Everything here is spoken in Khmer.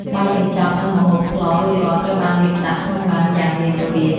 បាយកញ្ចប់ និងម្ហូបស្លរួចរាល់ត្រូវបានរៀបដាក់ក្នុងឡានយ៉ាងមានរបៀប។